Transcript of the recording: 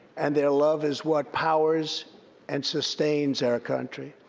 and their love is what powers and sustains our country.